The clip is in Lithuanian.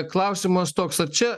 klausimas toks ar čia